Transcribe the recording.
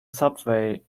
subway